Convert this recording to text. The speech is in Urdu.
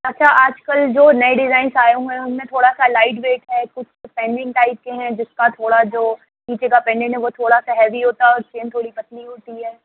اچھا آج کل جو نئے ڈیزائنس آئے ہوئے ہیں ان میں تھوڑا سا لائٹ ویٹ ہے کچھ پنڈنٹ ٹائپ کے ہیں جس کا تھوڑا جو نیچے کا پنڈنٹ وہ ٹھوڑا سا ہیوی ہوتا ہے اور چین تھوڑی پتلی ہوتی ہے